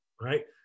right